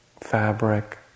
fabric